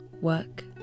work